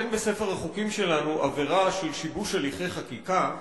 אין בספר החוקים שלנו עבירה של שיבוש הליכי חקיקה,